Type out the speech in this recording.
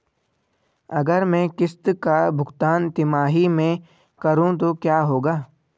अगर मैं किश्त का भुगतान तिमाही में करूं तो क्या होगा?